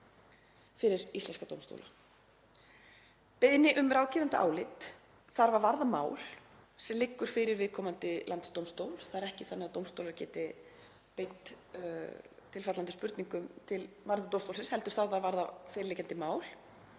fyrir íslenska dómstóla. Beiðni um ráðgefandi álit þarf að varða mál sem liggur fyrir viðkomandi landsdómstól. Það er ekki þannig að dómstólar geti beint tilfallandi spurningum til Mannréttindadómstólsins heldur þurfa þær að varða fyrirliggjandi mál